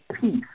peace